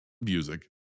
music